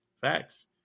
Facts